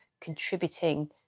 contributing